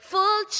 Full